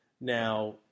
Now